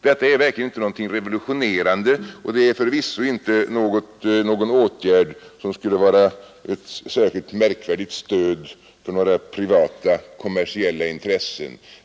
Detta är verkligen inte någonting revolutionerande, och det är förvisso inte någon åtgärd som skulle innebära ett särskilt märkvärdigt stöd för några privata kommersiella intressen.